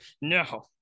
No